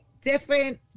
different